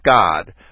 God